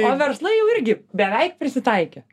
o verslai jau irgi beveik prisitaikė